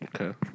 Okay